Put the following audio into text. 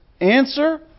Answer